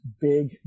big